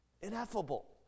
ineffable